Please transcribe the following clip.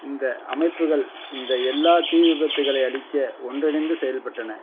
இந்த அமைப்புகள் இந்த எல்லா தீ விபத்துகளை அழிக்க ஒன்றிணைந்து செயல்பட்டன